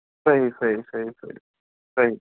صیحح صیحح صیحح صیحع